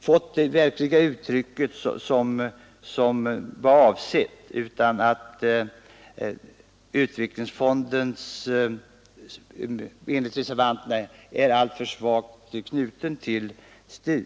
fått avsedd verkan utan att utvecklingsfonden enligt reservanterna är alltför svagt knuten till STU.